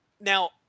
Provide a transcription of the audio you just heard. now